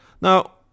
Now